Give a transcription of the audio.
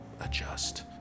adjust